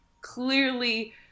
clearly